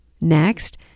Next